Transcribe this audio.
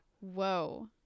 Whoa